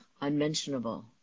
unmentionable